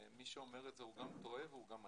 מי שאומר את זה הוא גם טועה וגם מטעה.